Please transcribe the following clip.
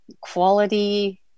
quality